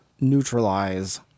neutralize